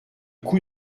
coup